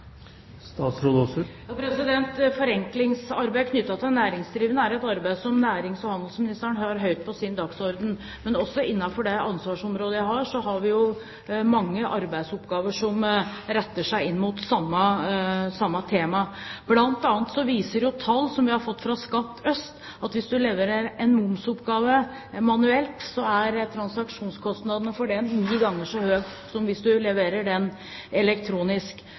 Forenklingsarbeid knyttet til næringsdrivende er et arbeid som nærings- og handelsministeren har høyt på sin dagsorden, men også innenfor det ansvarsområdet jeg har, har vi mange arbeidsoppgaver som retter seg inn mot samme tema. Tall som vi har fått fra Skatt øst, viser bl.a. at hvis du leverer en momsoppgave manuelt, er transaksjonskostnadene for den ni ganger så høy som hvis du leverer den elektronisk.